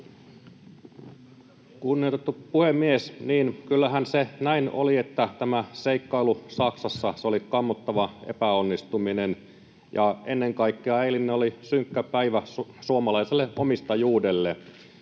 Kunnioitettu puhemies! Niin, kyllähän se näin oli, että tämä seikkailu Saksassa oli kammottava epäonnistuminen. Ennen kaikkea eilinen oli synkkä päivä suomalaiselle omistajuudelle.